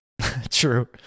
True